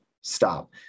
stop